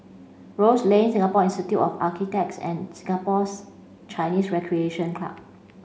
Rose Lane Singapore Institute of Architects and Singapores Chinese Recreation Club